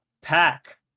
pack